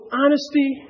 honesty